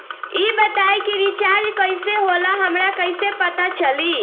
ई बताई कि रिचार्ज कइसे होला हमरा कइसे पता चली?